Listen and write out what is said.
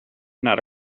not